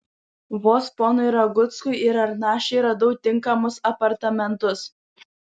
vos ponui raguckui ir arnašiui radau tinkamus apartamentus